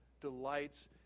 delights